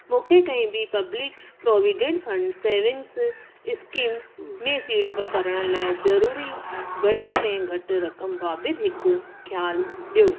मूंखे कंहिं बि पब्लिक प्रोविडेंट सेविंग्स स्कीम में सीड़प करण लाइ ज़रूरी घटि में घटि रक़म बाबति हिक ख्यालु ॾियो